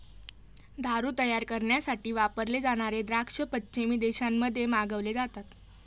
दारू तयार करण्यासाठी वापरले जाणारे द्राक्ष पश्चिमी देशांमध्ये मागवले जातात